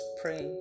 pray